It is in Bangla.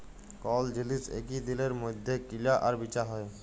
কল জিলিস একই দিলের মইধ্যে কিলা আর বিচা হ্যয়